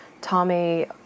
Tommy